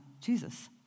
Jesus